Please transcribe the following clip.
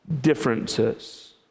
differences